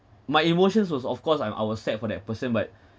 my emotions was of course I'm I was sad for that person but